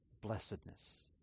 blessedness